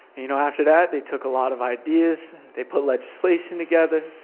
you know, after that, they took a lot of ideas, they put legislation together,